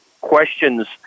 questions